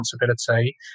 responsibility